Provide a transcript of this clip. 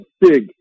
big